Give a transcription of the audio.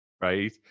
right